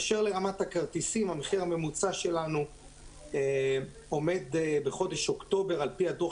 אשר לרמת הכרטיסים המחיר הממוצע שלנו עומד בחודש אוקטובר על-פי הדוח